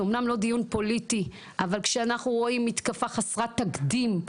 זה אמנם לא דיון פוליטי אבל כשאנחנו רואים מתקפה חסרת תקדים,